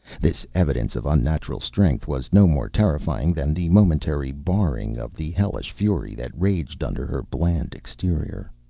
this evidence of unnatural strength was no more terrifying than the momentary baring of the hellish fury that raged under her bland exterior.